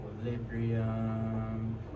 equilibrium